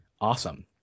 awesome